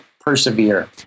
persevere